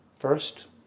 First